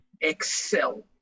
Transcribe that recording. Excel